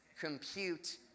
compute